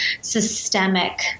systemic